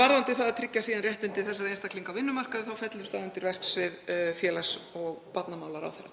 Varðandi það að tryggja réttindi þessara einstaklinga á vinnumarkaði fellur það undir verksvið félags- og barnamálaráðherra.